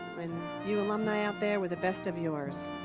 and you alumni out there were the best of yours.